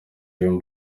dream